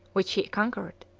which he conquered,